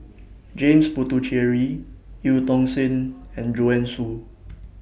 James Puthucheary EU Tong Sen and Joanne Soo